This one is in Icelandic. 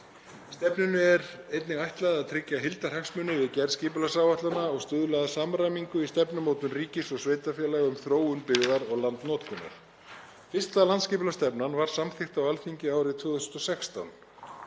Stefnunni er einnig ætlað að tryggja heildarhagsmuni við gerð skipulagsáætlana og stuðla að samræmingu í stefnumótun ríkis og sveitarfélaga um þróun byggðar og landnotkunar. Fyrsta landsskipulagsstefnan var samþykkt á Alþingi árið 2016.